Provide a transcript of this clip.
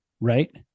Right